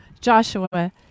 Joshua